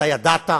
אתה ידעת?